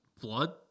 blood